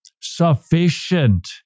sufficient